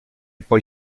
poi